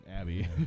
Abby